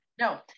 No